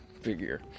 figure